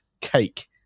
cake